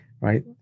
right